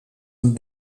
een